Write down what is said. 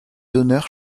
donneur